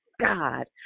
God